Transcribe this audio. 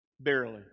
Barely